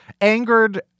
angered